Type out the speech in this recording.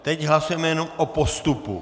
Teď hlasujeme jenom o postupu.